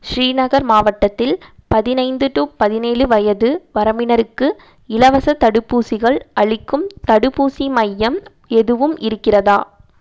ஸ்ரீநகர் மாவட்டத்தில் பதினைந்து டு பதினேழு வயது வரம்பினருக்கு இலவசத் தடுப்பூசிகள் அளிக்கும் தடுப்பூசி மையம் எதுவும் இருக்கிறதா